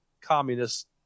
communist